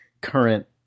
current